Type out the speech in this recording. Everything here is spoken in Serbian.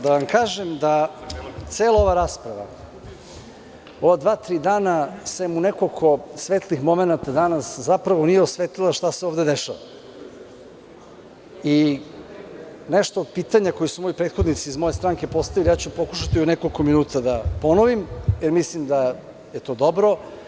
Da vam kažem da cela ova rasprava, ova dva, tri dana, sem u nekoliko svetlih momenata danas zapravo nije osvetlila šta se ovde dešava i pitanja koja su prethodnici iz moje stranke postavljali, ja ću pokušati u nekoliko minuta da ponovim, jer mislim da je to dobro.